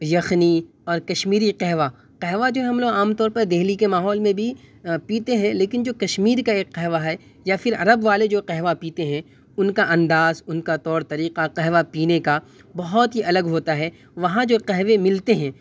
یخنی اور کشمیری قہوہ قہوہ جو ہے ہم لوگ عام طور پر دہلی کے ماحول میں بھی پیتے ہیں لیکن جو کشمیر کا ایک قہوہ ہے یا پھر عرب والے جو قہوہ پیتے ہیں ان کا انداز ان کا طور طریقہ قہوہ پینے کا بہت ہی الگ ہوتا ہے وہاں جو قہوے ملتے ہیں